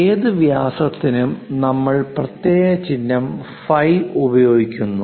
ഏത് വ്യാസത്തിനും നമ്മൾ പ്രത്യേക ചിഹ്നം ഫൈ ഉപയോഗിക്കുന്നു